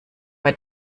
bei